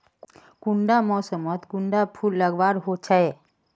कुंडा मोसमोत कुंडा फुल लगवार होछै?